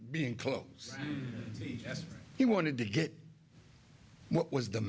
being close as he wanted to get what was the